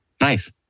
Nice